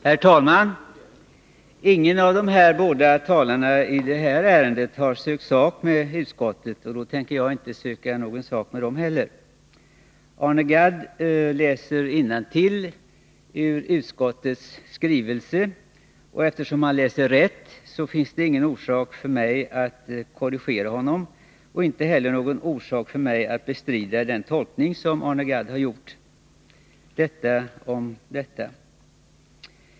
Herr talman! Ingen av de båda talarna i det här ärendet har sökt sak med utskottet, och därför tänker inte jag söka sak med dem. Arne Gadd läste innantill ur utskottsbetänkandet, och eftersom han läste rätt finns det ingen orsak för mig att korrigera honom. Inte heller har jag något skäl att bestrida hans tolkning. Detta om detta.